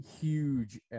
huge